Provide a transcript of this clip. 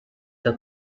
the